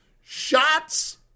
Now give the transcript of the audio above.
Shots